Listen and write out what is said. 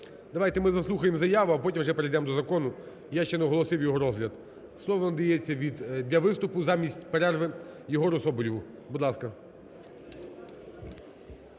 Давайте ми заслухаємо заяву, а потім вже перейдемо до закону, я ще не оголосив його розгляд. Слово надається для виступу замість перерви Єгору Соболєву. Будь ласка.